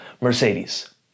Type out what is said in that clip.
Mercedes